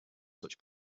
such